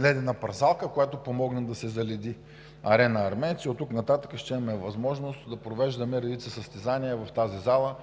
ледена пързалка, която помогна да се заледи „Арена армеец“, и оттук нататък ще имаме възможност да провеждаме редица състезания в тази зала